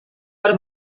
per